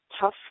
tough